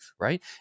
right